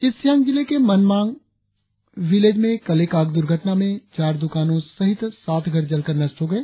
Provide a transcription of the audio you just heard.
east Siang जिले के Mangang village में कल एक आगदुर्घटना में चार द्रकानों सहित सात घर जल कर नष्ट हो गए